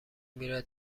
میره